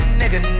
nigga